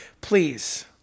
Please